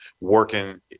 working